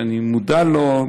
שאני מודע לו,